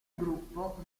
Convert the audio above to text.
gruppo